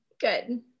Good